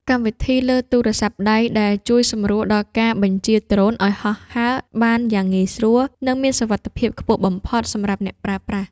កម្មវិធីលើទូរសព្ទដៃដែលជួយសម្រួលដល់ការបញ្ជាដ្រូនឱ្យហោះហើរបានយ៉ាងងាយស្រួល និង មានសុវត្ថិភាពខ្ពស់បំផុតសម្រាប់អ្នកប្រើប្រាស់។